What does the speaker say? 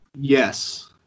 Yes